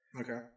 Okay